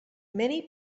many